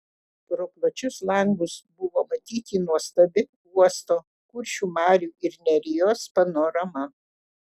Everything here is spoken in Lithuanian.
pro plačius langus buvo matyti nuostabi uosto kuršių marių ir nerijos panorama